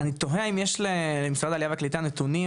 אני תוהה אם יש למשרד העלייה והקליטה נתונים